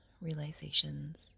realizations